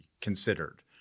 considered